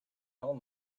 home